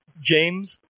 James